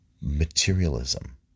materialism